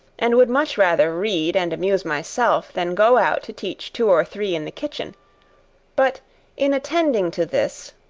and would much rather read, and amuse myself, than go out to teach two or three in the kitchen but in attending to this,